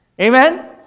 Amen